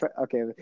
okay